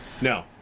No